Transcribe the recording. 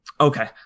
Okay